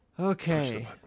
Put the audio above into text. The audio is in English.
Okay